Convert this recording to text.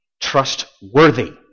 Trustworthy